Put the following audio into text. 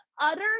utter